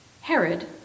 Herod